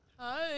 Hi